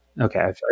Okay